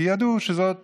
כי ידעו שזאת